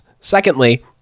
Secondly